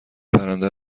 پرنده